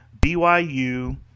BYU